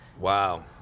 Wow